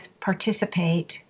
participate